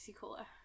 Cola